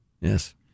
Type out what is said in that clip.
Yes